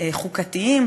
חוקתיים,